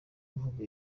kuvuga